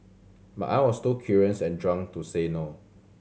but I was too curious and drunk to say no